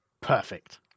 Perfect